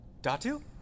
Datu